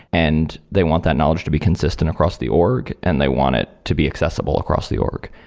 and they want that knowledge to be consistent across the org and they want it to be accessible across the org.